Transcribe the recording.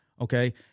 Okay